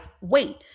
wait